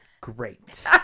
Great